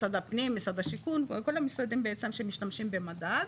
משרד השיכון וכל המשרדים בעצם משתמשים במגת.